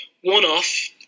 one-off